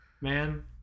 man